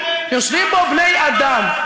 יושבים בו בני-אדם.